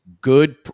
good